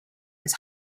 his